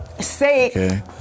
Say